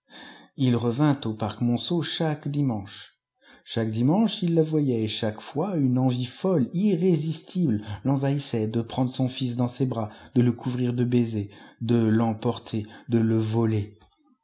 ii revint au parc monceau chaque dimanche chaque dimanche il la voyait et chaque fois une envie folle irrésistible l'envahissait de prendre son fils dans ses bras de le couvrir de baisers de l'emporter de le voler